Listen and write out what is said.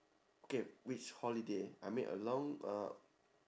okay which holiday I mean along uh